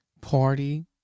Party